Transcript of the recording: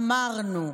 אמרנו,